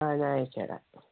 അ ഞാൻ അയച്ചു തരാം